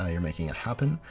ah you're making it happen.